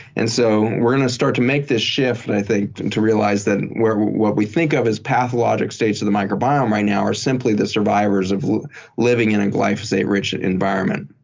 and so we're going to start to make this shift, i think, to realize that what we think of as pathologic states of the microbiome right now are simply the survivors of living in a glyphosate rich environment.